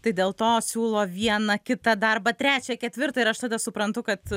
tai dėl to siūlo vieną kitą darbą trečią ketvirtą ir aš tada suprantu kad